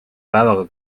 päevaga